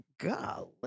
golly